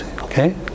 okay